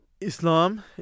Islam